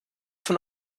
von